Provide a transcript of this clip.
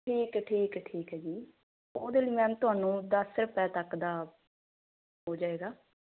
ਠੀਕ ਹੈ ਠੀਕ ਹੈ ਠੀਕ ਹੈ ਜੀ ਉਹਦੇ ਲਈ ਮੈਮ ਤੁਹਾਨੂੰ ਦਸ ਰੁਪਏ ਤੱਕ ਦਾ ਹੋ ਜਾਏਗਾ